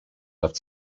left